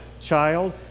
child